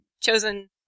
chosen